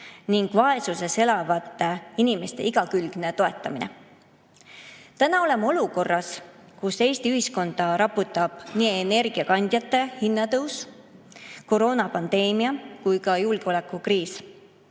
ning vaesuses elavate inimeste igakülgne toetamine. Täna oleme olukorras, kus Eesti ühiskonda raputab nii energiakandjate hinnatõus, koroonapandeemia kui ka julgeolekukriis.